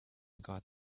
got